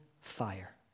fire